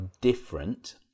different